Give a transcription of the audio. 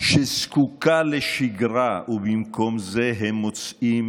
שזקוקה לשגרה, ובמקום זה הם מוצאים